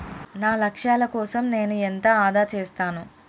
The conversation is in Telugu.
నా లక్ష్యాల కోసం నేను ఎంత ఆదా చేస్తాను?